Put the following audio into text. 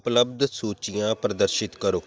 ਉਪਲਬਧ ਸੂਚੀਆਂ ਪ੍ਰਦਰਸ਼ਿਤ ਕਰੋ